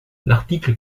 l’article